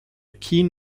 keen